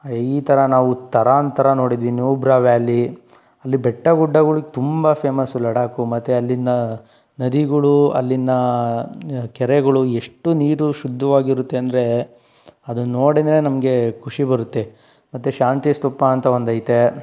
ಈ ಥರ ನಾವು ತರಾಂತರ ನೋಡಿದ್ವಿ ನ್ಯೂಬ್ರಾ ವ್ಯಾಲಿ ಅಲ್ಲಿ ಬೆಟ್ಟ ಗುಡ್ಡಗುಳಿಗೆ ತುಂಬ ಫೇಮಸ್ ಲಡಾಕ್ ಮತ್ತೆ ಅಲ್ಲಿನ ನದಿಗಳು ಅಲ್ಲಿನ ಕೆರೆಗಳು ಎಷ್ಟು ನೀರು ಶುದ್ಧವಾಗಿರುತ್ತೆ ಅಂದರೆ ಅದನ್ನು ನೋಡಿದ್ರೆ ನಮಗೆ ಖುಷಿ ಬರುತ್ತೆ ಮತ್ತೆ ಶಾಂತಿ ಸ್ತೂಪ ಅಂತ ಒಂದು ಐತೆ